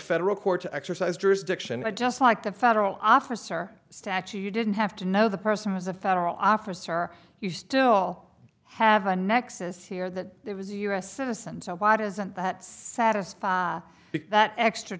federal court to exercise jurisdiction just like the federal officer statue you didn't have to know the person was a federal officer you still have a nexus here that there was a us citizen so why doesn't that satisfy that extra